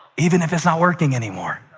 even if it's not working anymore.